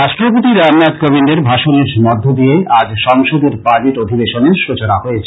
রাষ্ট্রপতি রামনাথ কোবিন্দের ভাষণের মধ্য দিয়ে আজ সংসদের বাজেট অধিবেশনের সূচনা হয়েছে